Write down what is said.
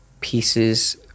pieces